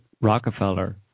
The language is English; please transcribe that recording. Rockefeller